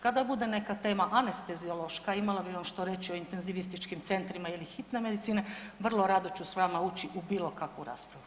Kada bude neka tema anesteziološka imala bi vam što o intenzivističkim centrima ili hitne medicine vrlo rado ću s vama ući u bilo kakvu raspravu.